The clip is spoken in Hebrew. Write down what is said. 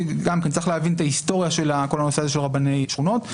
וצריך להבין את ההיסטוריה של כל הנושא הזה של רבני שכונות,